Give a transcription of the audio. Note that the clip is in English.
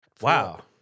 Wow